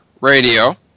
Radio